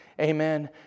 amen